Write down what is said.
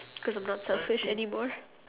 cause I'm not selfish anymore